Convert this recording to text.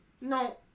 no